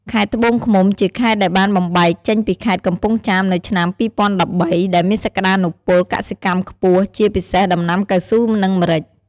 ខេត្តត្បូងឃ្មុំ ជាខេត្តដែលបានបំបែកចេញពីខេត្តកំពង់ចាមនៅឆ្នាំ ២០១៣ ដែលមានសក្តានុពលកសិកម្មខ្ពស់ ជាពិសេសដំណាំកៅស៊ូ និងម្រេច។